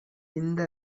இந்த